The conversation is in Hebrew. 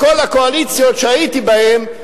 בכל הקואליציות שהייתי בהן,